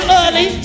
early